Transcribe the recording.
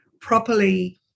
properly